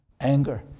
anger